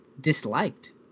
disliked